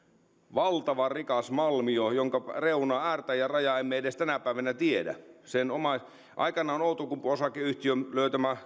valtavan rikas malmio jonka reunaa äärtä ja rajaa emme edes tänä päivänä tiedä aikanaan outokumpu osakeyhtiön löytämästä